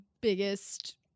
biggest